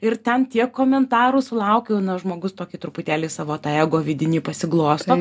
ir ten tiek komentarų sulaukiau na žmogus tokį truputėlį savo tą ego vidinį pasiglosto